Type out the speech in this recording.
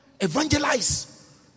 Evangelize